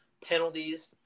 penalties